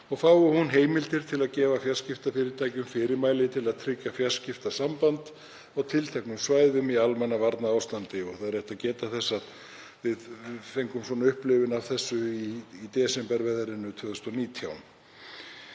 og fái hún heimildir til að gefa fjarskiptafyrirtækjum fyrirmæli til að tryggja fjarskiptasamband á tilteknum svæðum í almannavarnaástandi. Það er rétt að geta þess að við fengum upplifun af þessu í desemberveðrinu 2019.